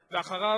ואחריו,